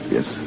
Yes